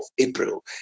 April